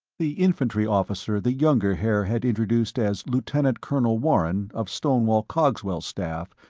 the infantry officer the younger haer had introduced as lieutenant colonel warren, of stonewall cogswell's staff,